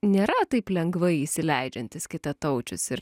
nėra taip lengvai įsileidžiantys kitataučius ir